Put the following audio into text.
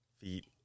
feet